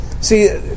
See